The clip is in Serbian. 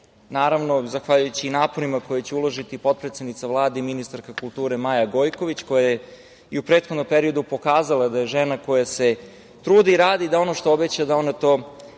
Naravno, zahvaljujući naporima koji će uložiti i potpredsednica Vlade i ministarka kulture Maja Gojković, koja je i u prethodnom periodu pokazala da je žena koja se trudi i radi, da ono što obeća ona to